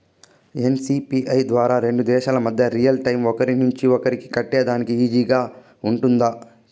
NCPI ద్వారా రెండు దేశాల మధ్య రియల్ టైము ఒకరి నుంచి ఒకరికి కట్టేదానికి ఈజీగా గా ఉంటుందా?